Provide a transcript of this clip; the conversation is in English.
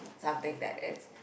something that is